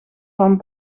van